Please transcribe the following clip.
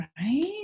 right